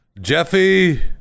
Jeffy